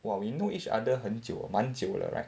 !wah! we know each other 很久蛮久了 right